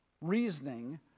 reasoning